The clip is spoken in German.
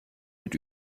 mit